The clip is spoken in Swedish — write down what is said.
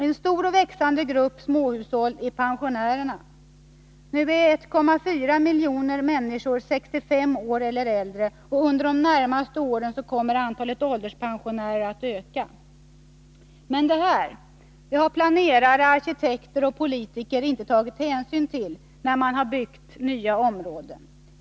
En stor och växande grupp småhushåll utgör pensionärerna. Nu är 1,4 miljoner människor 65 år eller äldre, och under de närmaste åren kommer antalet ålderspensionärer att öka. Det här har planerare, arkitekter och politiker inte tagit hänsyn till när de byggde nya områden.